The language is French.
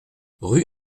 rue